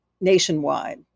nationwide